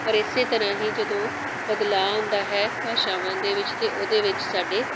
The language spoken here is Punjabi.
ਔਰ ਇਸ ਤਰ੍ਹਾਂ ਹੀ ਜਦੋਂ ਬਦਲਾਅ ਆਉਂਦਾ ਹੈ ਭਾਸ਼ਾਵਾਂ ਦੇ ਵਿੱਚ ਤਾਂ ਉਹਦੇ ਵਿੱਚ ਸਾਡੇ